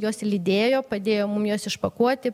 juos lydėjo padėjo mum juos išpakuoti